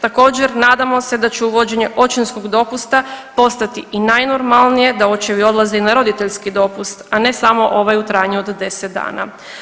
Također nadamo se da će uvođenje očinskog dopusta postati i najnormalnije da očevi odlaze i na roditeljski dopust, a ne samo ovaj u trajanju od 10 dana.